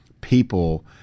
people